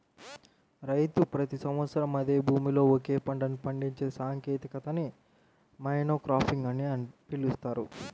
రైతు ప్రతి సంవత్సరం అదే భూమిలో ఒకే పంటను పండించే సాంకేతికతని మోనోక్రాపింగ్ అని పిలుస్తారు